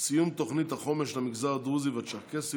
סיום תוכנית החומש למגזר הדרוזי והצ'רקסי